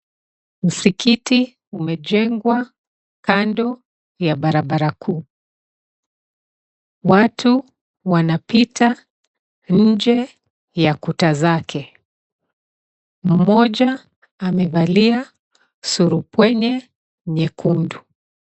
Msikiti umejengwa kando ya barabara kuu. Watu wanapita nje ya kuta zake. Mmoja amevalia surupwenye nyekundu.